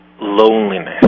loneliness